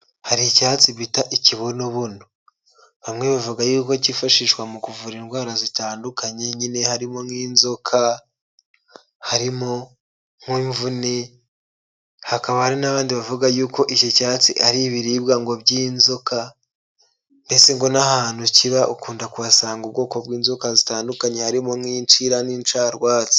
Hari icyatsi bita ikibonobo, bamwe bavuga yuko kifashishwa mu kuvura indwara zitandukanye nyine, harimo nk'inzoka, harimo nk'imvune, hakaba hari n'abandi bavuga yuko iki cyatsi ari ibiribwa ngo by'inzoka mbese ngo n'ahantu kiba ukunda kuhasanga ubwoko bw'inzoka zitandukanye harimo n'inshira n'insharwatsi.